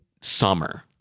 summer